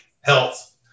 health